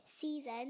season